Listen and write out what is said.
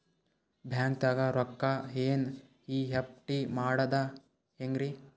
ಬ್ಯಾಂಕ್ದಾಗ ರೊಕ್ಕ ಎನ್.ಇ.ಎಫ್.ಟಿ ಮಾಡದ ಹೆಂಗ್ರಿ?